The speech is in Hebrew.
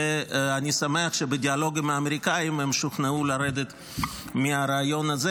ואני שמח שבדיאלוג עם האמריקאים הם שוכנעו לרדת מהרעיון הזה,